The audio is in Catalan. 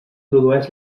produeix